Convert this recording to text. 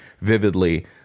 vividly